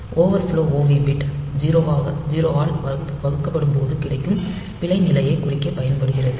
over flow OV bit 0 ஆல் வகுக்கப்படும் போது கிடைக்கும் பிழை நிலையைக் குறிக்கப் பயன்படுகிறது